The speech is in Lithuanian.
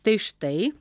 tai štai